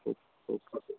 okay okay